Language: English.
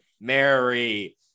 Mary